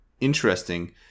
interesting